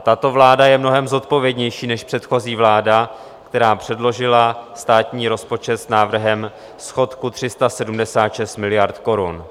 Tato vláda je mnohem zodpovědnější než předchozí vláda, která předložila státní rozpočet s návrhem schodku 376 miliard korun.